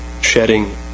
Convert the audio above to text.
shedding